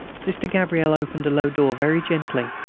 sister gabrielle opened a low door very gently,